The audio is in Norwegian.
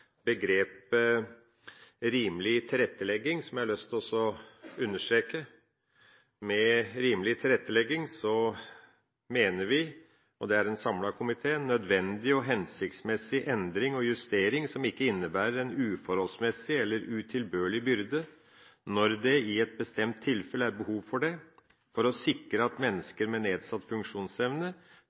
begrepet «rimelig tilrettelegging» som jeg har lyst til å understreke. Med rimelig tilrettelegging mener vi – og det er en samlet komité: «nødvendig og hensiktsmessig endring og justering som ikke innebærer en uforholdsmessig eller utilbørlig byrde, når det i et bestemt tilfelle er behov for det, for å sikre at mennesker med nedsatt funksjonsevne